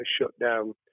shutdown